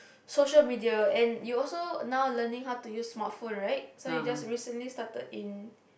social media and you also now learning how to use smartphone right so you just recently started in